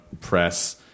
press